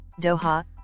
Doha